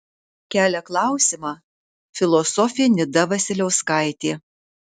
kelia klausimą filosofė nida vasiliauskaitė